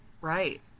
Right